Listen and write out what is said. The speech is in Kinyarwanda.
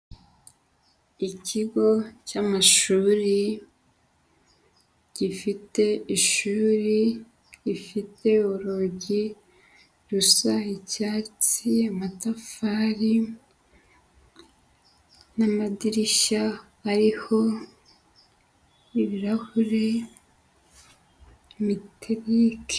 Ikigo cy'amashuri gifite ishuri rifite urugi rusa icyatsi, amatafari n'amadirishya ariho ibirahuri metalike.